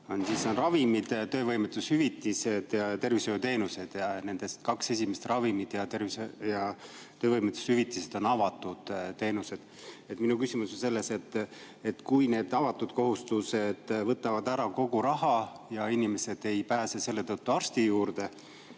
vaala: ravimid, töövõimetushüvitised ja tervishoiuteenused. Nendest kaks esimest, ravimid ja töövõimetushüvitised, on avatud teenused. Minu küsimus on selles, et kui need avatud kohustused võtavad ära kogu raha ja inimesed ei pääse selle tõttu arsti juurde,